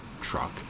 truck